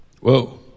Whoa